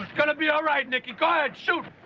gonna be all right, nicky. go ahead, shoot!